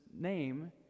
name